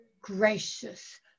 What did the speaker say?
gracious